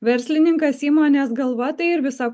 verslininkas įmonės galva tai ir visa